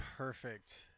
perfect